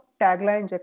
tagline